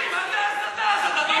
תגיד לי, מה זה ההסתה הזאת?